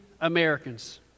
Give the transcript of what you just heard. Americans